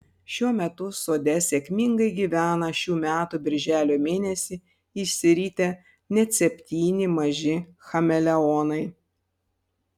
šiuo metu sode sėkmingai gyvena šių metų birželio mėnesį išsiritę net septyni maži chameleonai